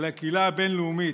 על הקהילה הבין-לאומית,